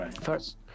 first